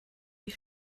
die